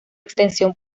extensión